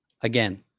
again